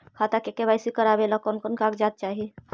खाता के के.वाई.सी करावेला कौन कौन कागजात चाही?